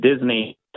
Disney